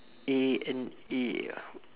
A and A ah